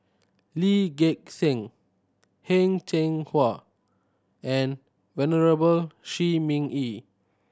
Lee Gek Seng Heng Cheng Hwa and Venerable Shi Ming Yi